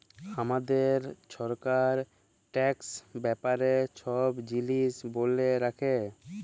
হামাদের সরকার ট্যাক্স ব্যাপারে সব জিলিস ব্যলে রাখে